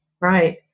Right